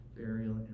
burial